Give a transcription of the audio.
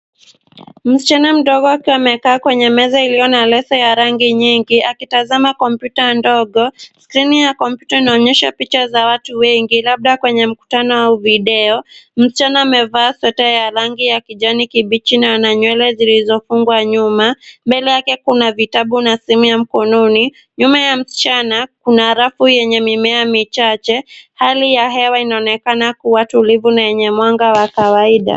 Msichana mdogo akiwa amekaa kwenye meza iliyo na leso ya rangi nyingi, akitazama kompyuta ndogo. Skrini ya kompyuta inaonyesha picha za watu wengi labda kwenye mkutano au video. Msichana amevaa sweta ya rangi ya kijani kibichi na ana nywele zilizofungwa nyuma. Mbele yake kuna vitabu na simu ya mkononi, nyuma ya msichana, kuna rafu yenye mimea michache. Hali ya hewa inaonekana kuwa tulivu na yenye mwanga wa kawaida.